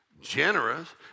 generous